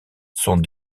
sont